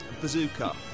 Bazooka